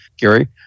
Gary